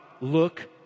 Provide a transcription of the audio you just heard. look